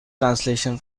translation